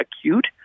acute